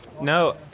no